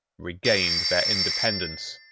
regained their independence,